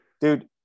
Dude